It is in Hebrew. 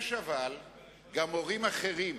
יש אבל גם הורים אחרים,